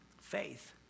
faith